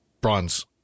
bronze